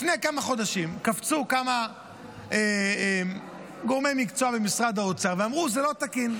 לפני כמה חודשים קפצו כמה גורמי מקצוע במשרד האוצר ואמרו: זה לא תקין.